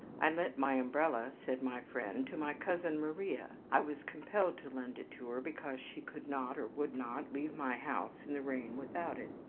i lent my umbrella, said my friend, to my cousin, maria. i was compelled to lend it to her because she could not, or would not, leave my house in the rain without it.